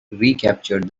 recaptured